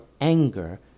anger